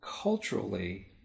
culturally